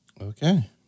Okay